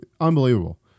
unbelievable